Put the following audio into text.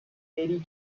eighty